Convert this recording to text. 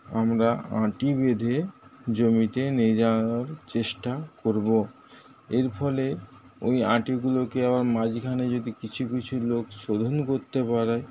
আমরা আঁটি বেঁধে জমিতে নিয়ে যাওয়ার চেষ্টা করব এর ফলে ওই আঁটিগুলোকে আবার মাঝখানে যদি কিছু কিছু লোক শোধন করতে পারে